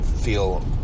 feel